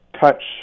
touch